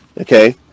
okay